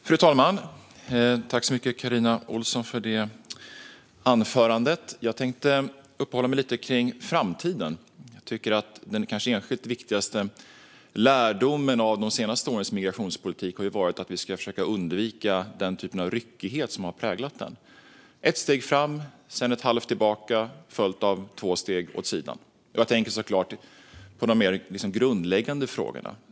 Fru talman! Jag tackar Carina Ohlsson för anförandet. Jag ska uppehålla mig lite kring framtiden. Den kanske enskilt viktigaste lärdomen av de senaste årens migrationspolitik är att vi ska försöka undvika den typ av ryckighet som har präglat denna politik. Det har varit ett steg fram, ett halvt tillbaka och två steg åt sidan. Jag tänker såklart på de mer grundläggande frågorna.